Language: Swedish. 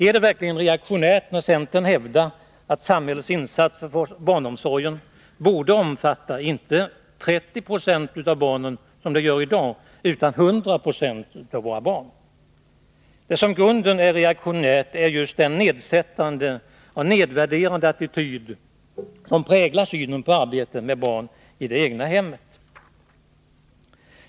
Är det verkligen reaktionärt när centern hävdar att samhällets insatser för barnomsorgen borde omfatta inte 30 26 av barnen, som de gör i dag, utan 100 96 av våra barn? Det som i grunden är reaktionärt är just den nedsättande och nedvärderande attityd som präglar synen på arbete med barn i det egna hemmet.